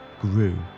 grew